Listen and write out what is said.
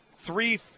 three